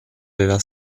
aveva